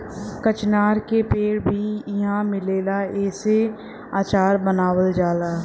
कचनार के पेड़ भी इहाँ मिलेला एसे अचार बनावल जाला